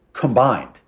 combined